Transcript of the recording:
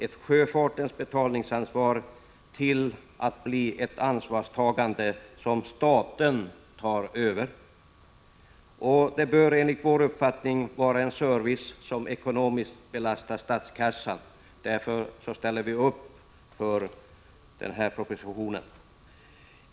Det bör enligt folkpartiets uppfattning vara en service som ekonomiskt belastar statskassan, och därför biträder vi propositionen på denna punkt.